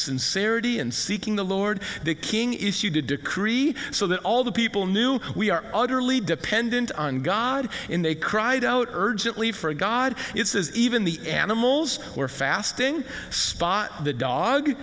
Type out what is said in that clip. sincerity and seeking the lord the king issued a decree so that all the people knew we are utterly dependent on god in they cried out urgently for god it says even the animals were fasting spot the dog